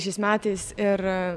šiais metais ir